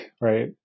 right